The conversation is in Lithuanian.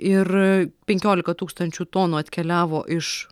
ir penkiolika tūkstančių tonų atkeliavo iš